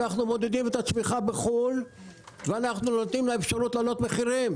מעודדים את הצמיחה בחו"ל ונותנים להם אפשרות להעלות מחירים.